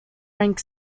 rank